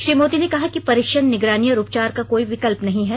श्री मोदी ने कहा कि परीक्षण निगरानी और उपचार का कोई विकल्प नहीं है